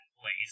place